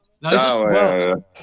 No